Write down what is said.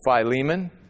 Philemon